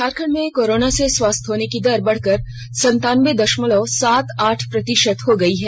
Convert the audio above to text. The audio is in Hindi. झारखंड में कोरोना से स्वस्थ होने की दर बढ़कर संतानबे दशमलव सात आठ प्रतिशत हो गई है